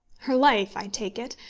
her life, i take it,